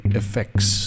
effects